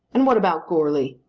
and what about goarly?